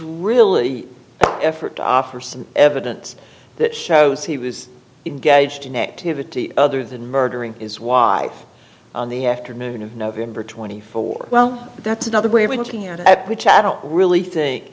really effort to offer some evidence that shows he was engaged in activities other than murdering is why on the afternoon of november twenty fourth well that's another way of looking at which i don't really think